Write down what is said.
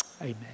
Amen